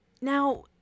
Now